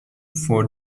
for